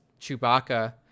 chewbacca